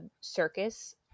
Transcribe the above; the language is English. circus